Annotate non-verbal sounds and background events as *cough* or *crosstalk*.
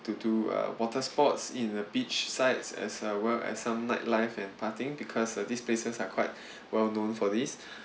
to do uh water sports in the beach sites as uh well as some nightlife and partying because uh these places are quite *breath* well known for this